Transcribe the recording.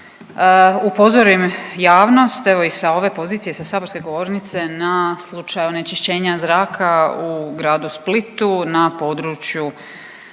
upozorim javnost, evo i sa ove pozicije i sa saborske govornice na slučaj onečišćenja zraka u gradu Splitu na području